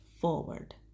forward